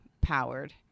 powered